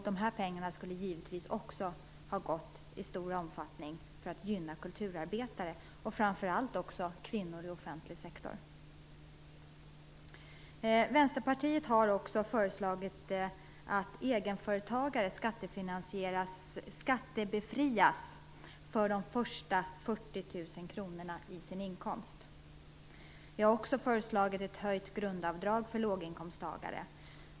De pengarna skulle givetvis i stor omfattning gått till att gynna kulturarbetare, och också framför allt kvinnor i offentlig sektor. Vänsterpartiet har föreslagit att egenföretagare skattebefrias för de första 40 000 kronorna av sin inkomst. Vi har också föreslagit ett höjt grundavdrag för låginkomsttagare.